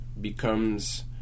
becomes